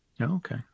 Okay